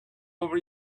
over